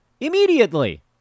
immediately